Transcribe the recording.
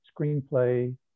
screenplay